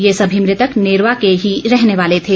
ये सभी मृतक नेरवा के ही रहने वाले थे